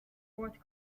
fourth